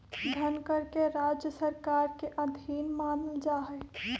धनकर के राज्य सरकार के अधीन मानल जा हई